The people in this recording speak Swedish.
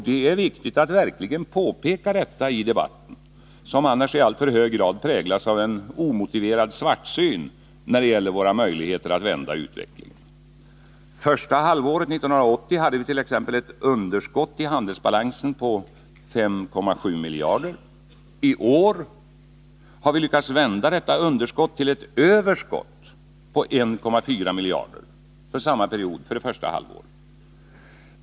Det är viktigt att verkligen påpeka detta i debatten, som annars i alltför hög grad präglas av omotiverad svartsyn när det gäller våra möjligheter att vända utvecklingen. Första halvåret 1980 hade vi t.ex. ett underskott i handelsbalansen på 5,7 miljarder. I år har vi lyckats vända detta underskott till ett överskott på 1,4 miljarder för första halvåret.